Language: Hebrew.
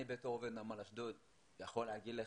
אני בתור עובד נמל אשדוד יכול להגיד לך,